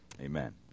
Amen